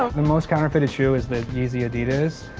ah the most counterfeited shoe is the yeezy adidas.